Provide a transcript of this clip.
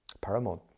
paramount